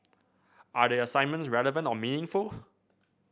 are the assignments relevant or meaningful